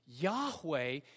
Yahweh